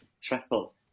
Triple